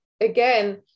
again